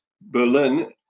Berlin